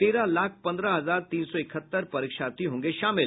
तेरह लाख पन्द्रह हजार तीन सौ इकहत्तर परीक्षार्थी होंगे शामिल